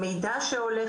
גם במסגרת מידע שעולה,